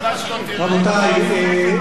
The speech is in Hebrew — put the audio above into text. שר האוצר מדבר עכשיו,